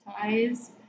ties –